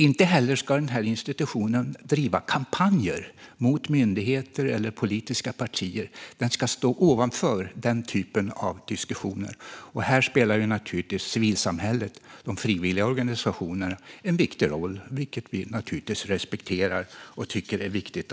Inte heller ska det driva kampanjer mot myndigheter eller politiska partier. Det ska stå ovanför den typen av diskussioner. Här spelar förstås civilsamhället, de frivilliga organisationerna, en viktig roll, vilket vi naturligtvis respekterar och tycker är viktigt.